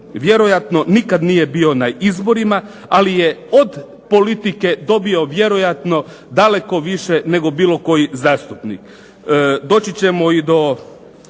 vjerojatno nikad nije bio na izborima, ali je od politike dobio vjerojatno daleko više nego bilo koji zastupnik. Doći ćemo i do